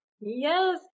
yes